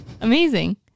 Amazing